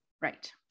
Right